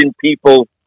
people